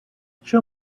show